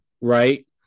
right